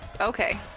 Okay